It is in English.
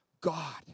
God